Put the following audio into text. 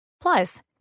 Plus